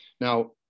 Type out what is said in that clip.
Now